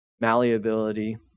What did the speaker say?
malleability